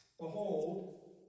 Behold